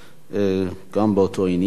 גם באותו עניין.